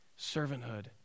Servanthood